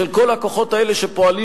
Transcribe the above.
של כל הכוחות האלה שפועלים